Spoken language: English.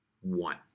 one